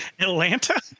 Atlanta